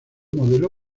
modelo